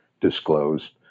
disclosed